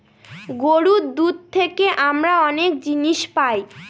গরুর দুধ থেকে আমরা অনেক জিনিস পায়